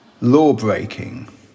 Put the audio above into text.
law-breaking